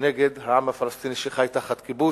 נגד העם הפלסטיני, שחי תחת כיבוש,